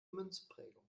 münzprägung